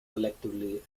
collectively